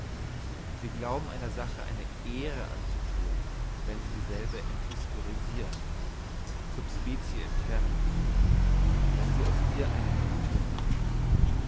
sie glauben einer sache eine ehre anzuthun wenn sie dieselbe enthistorisiren sub specie aetemi wenn sie aus ihr eine mumie machen